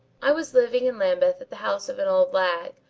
i was living in lambeth at the house of an old lag,